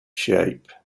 shape